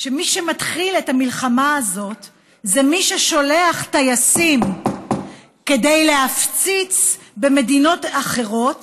שמי שמתחיל את המלחמה הזאת זה מי ששולח טייסים כדי להפציץ במדינות אחרות